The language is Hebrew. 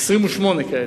28 כאלה,